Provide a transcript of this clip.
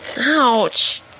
Ouch